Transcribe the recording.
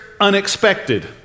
unexpected